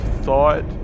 thought